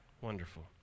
Wonderful